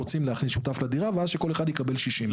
ורוצים להכניס שותף לדירה ואז שכל אחד יקבל דירת 60 מ"ר.